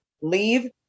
leave